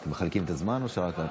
אתם מחלקים את הזמן, או שרק את?